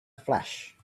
flash